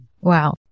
Wow